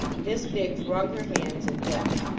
miss miggs wrung her hands, and wept.